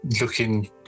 looking